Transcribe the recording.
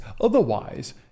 Otherwise